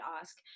ask